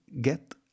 get